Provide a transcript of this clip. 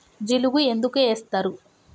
జిలుగు ఎందుకు ఏస్తరు?